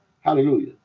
Hallelujah